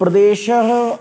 प्रदेशः